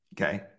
okay